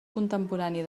contemporani